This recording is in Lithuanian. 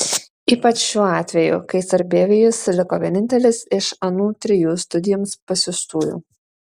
ypač šiuo atveju kai sarbievijus liko vienintelis iš anų trijų studijoms pasiųstųjų